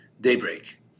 daybreak